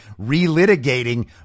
relitigating